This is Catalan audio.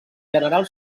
general